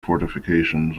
fortifications